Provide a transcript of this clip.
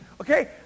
Okay